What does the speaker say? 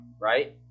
right